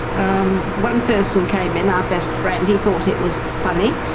um one person came in, our best friend, he thought it was funny,